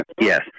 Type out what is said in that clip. Yes